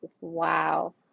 wow